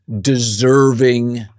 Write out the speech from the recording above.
deserving